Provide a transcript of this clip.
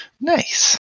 Nice